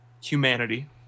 humanity